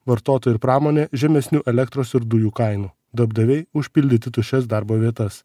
vartotojų ir pramonė žemesnių elektros ir dujų kainų darbdaviai užpildyti tuščias darbo vietas